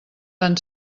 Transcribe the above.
tan